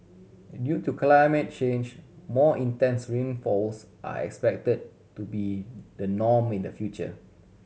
in due to climate change more intense rainfalls are expected to be the norm in the future